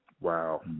Wow